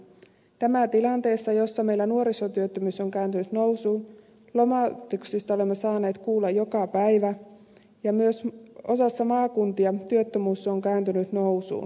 tämä tilanteessa jossa meillä nuorisotyöttömyys on kääntynyt nousuun lomautuksista olemme saaneet kuulla joka päivä ja myös osassa maakuntia työttömyys on kääntynyt nousuun